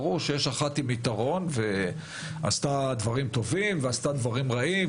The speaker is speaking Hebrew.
ברור שיש חברה אחת עם יתרון שעשתה דברים טובים ועשתה דברים רעים,